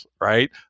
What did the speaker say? right